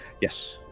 Yes